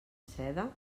seda